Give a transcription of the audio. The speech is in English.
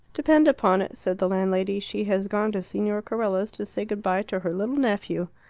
depend upon it, said the landlady, she has gone to signor carella's to say good-bye to her little nephew.